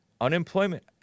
unemployment